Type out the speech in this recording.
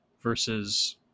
versus